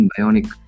Bionic